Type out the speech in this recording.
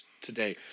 today